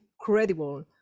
incredible